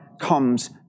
comes